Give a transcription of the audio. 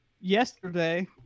yesterday